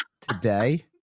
today